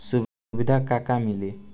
सुविधा का का मिली?